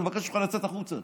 אני מבקש ממך לצאת החוצה.